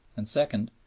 and second,